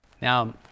Now